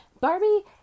barbie